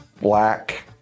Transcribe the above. black